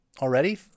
Already